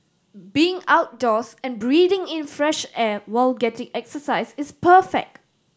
being outdoors and breathing in fresh air while getting exercise is perfect